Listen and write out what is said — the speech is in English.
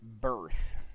birth